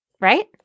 Right